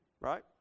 Right